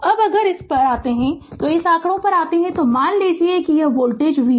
अब अगर इस पर आते हैं तो इस आंकड़े पर आते हैं तो पहले मान लीजिए कि यह वोल्टेज v है